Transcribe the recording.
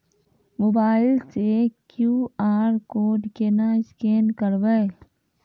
Mobile से QR code केना scan करबै?